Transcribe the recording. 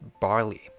barley